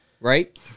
right